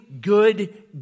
good